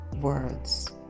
words